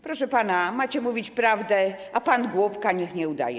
Proszę pana, macie mówić prawdę, a pan głupka niech nie udaje.